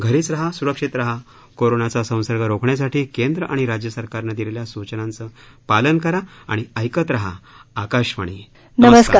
घरीच रहा सुरक्षित रहा कोरोनाचा संसर्ग रोखण्यासाठी केंद्र आणि राज्य सरकारनं दिलेल्या सूचनांचं पालन करा आणि ऐकत रहा आकाशवाणी नमस्कार